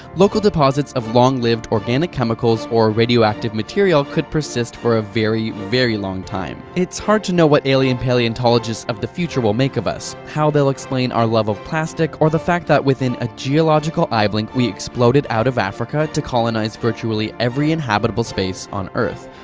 local deposits of long-lived organic chemicals or radioactive material could persist for a very, very long time. it's hard to know what alien paleontologists of the future will make of us how they will explain our love of plastic or the fact that within a geological eyeblink we exploded out of africa to colonize virtually every inhabitable space on earth.